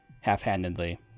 half-handedly